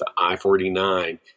I-49